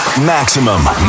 Maximum